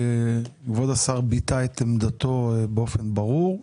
כבוד השר ביטא את עמדתו באופן ברור.